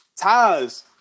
ties